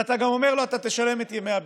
ואתה גם אומר לו: אתה תשלם את ימי הבידוד.